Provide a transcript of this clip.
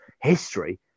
history